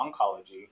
oncology